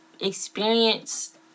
experience